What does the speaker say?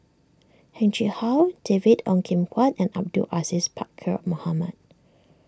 Heng Chee How David Ong Kim Huat and Abdul Aziz Pakkeer Mohamed